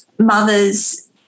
mothers